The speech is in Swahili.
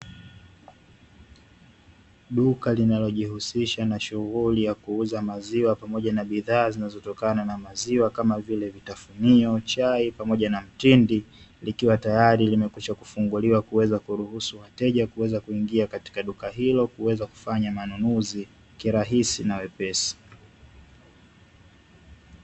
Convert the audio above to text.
Duka linalojihusisha na shughuli ya kuuza maziwa pamoja na bidhaa zinazotokana na maziwa kama vile; vitafunio, chai pamoja na mtindi, likiwa tayari limekwisha kufunguliwa kuweza kuruhusu wateja kuweza kuingia katika duka hilo kuweza kufanya manunuzi kirahisi na wepesi.